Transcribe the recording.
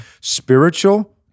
Spiritual